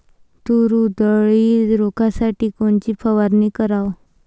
तूर उधळी रोखासाठी कोनची फवारनी कराव?